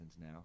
now